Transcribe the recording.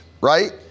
right